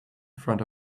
front